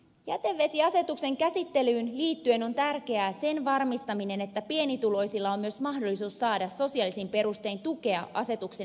jätevesiasetuksen käsittelyyn liittyen on tärkeää sen varmistaminen että pienituloisilla on myös mahdollisuus saada sosiaalisin perustein tukea asetuksen edellyttämiin toimiin